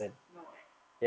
no what